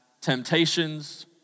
temptations